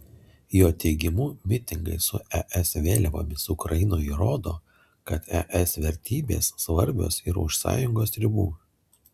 jo teigimu mitingai su es vėliavomis ukrainoje rodo kad es vertybės svarbios ir už sąjungos ribų